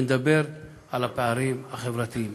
ונדבר על הפערים החברתיים.